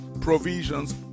provisions